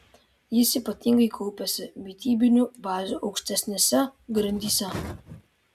jis ypatingai kaupiasi mitybinių bazių aukštesnėse grandyse